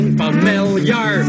familiar